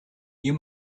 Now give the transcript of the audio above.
you